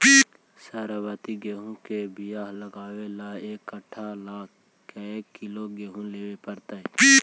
सरबति गेहूँ के बियाह लगबे ल एक कट्ठा ल के किलोग्राम गेहूं लेबे पड़तै?